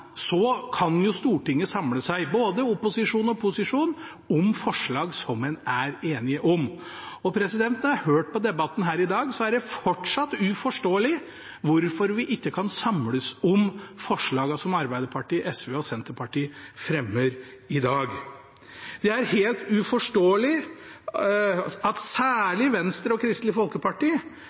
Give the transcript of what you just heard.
så det kan jeg ganske mye om. Men fra tid til annen kan jo Stortinget samle seg, både opposisjon og posisjon, om forslag som en er enig om. Etter å ha hørt på debatten her i dag er det fortsatt uforståelig for meg hvorfor vi ikke kan samles om forslagene som Arbeiderpartiet, Senterpartiet og SV fremmer i dag. Det er helt uforståelig at særlig Venstre og Kristelig